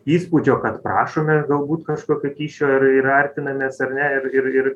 įspūdžio kad prašome galbūt kažkokio kyšio ir ir artinamės ar ne ir ir ir